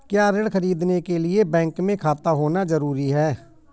क्या ऋण ख़रीदने के लिए बैंक में खाता होना जरूरी है?